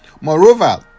Moreover